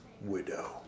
Widow